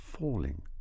falling